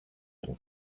πριν